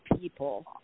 people